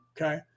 Okay